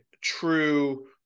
true